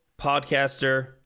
podcaster